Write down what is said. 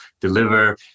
deliver